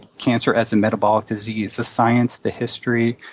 cancer as a metabolic disease, the science, the history,